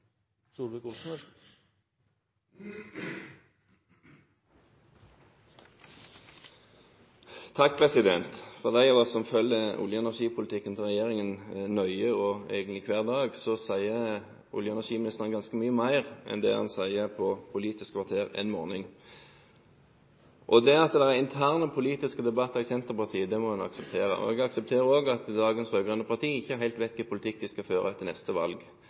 som følger olje- og energipolitikken til regjeringen nøye og egentlig hver dag, sier olje- og energiministeren ganske mye mer enn det han sier på Politisk kvarter én morgen. At det er interne politiske debatter i Senterpartiet, må man akseptere. Jeg aksepterer også at dagens rød-grønne partier ikke helt vet hvilken politikk de skal føre etter neste valg.